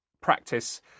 practice